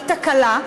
היא תקלה.